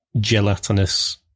gelatinous